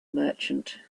merchant